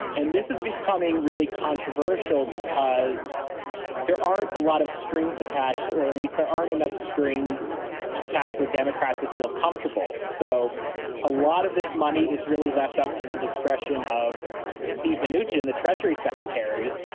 and this is becoming really controversial because there aren't a lot of strings attached, or at least there aren't enough strings attached for democrats to feel comfortable. so a lot of this money is really left up to the discretion of steve manoogian, the treasury secretary,